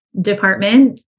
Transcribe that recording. department